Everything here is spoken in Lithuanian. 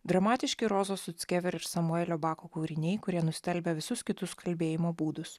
dramatiški rozos suckevič ir samuelio bako kūriniai kurie nustelbia visus kitus kalbėjimo būdus